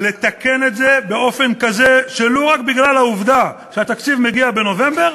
לתקן את זה באופן כזה ולוּ רק בגלל העובדה שהתקציב מגיע בנובמבר,